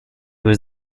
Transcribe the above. was